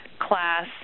class